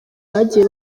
bagiye